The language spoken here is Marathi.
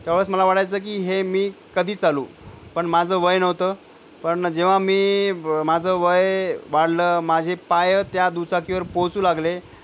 त्यावेळेस मला वाटायचं की हे मी कधी चालवू पण माझं वय नव्हतं पण जेव्हा मी माझं वय वाढलं माझे पाय त्या दुचाकीवर पोहोचू लागले